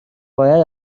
باید